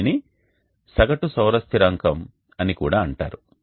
దీనిని సగటు సౌర స్థిరాంకం అని కూడా అంటారు